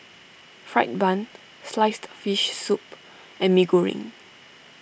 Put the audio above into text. Fried Bun Sliced Fish Soup and Mee Goreng